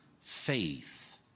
faith